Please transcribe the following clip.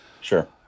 sure